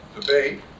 debate